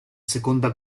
seconda